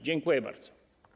Dziękuję bardzo.